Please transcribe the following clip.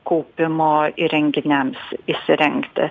kaupimo įrenginiams įsirengti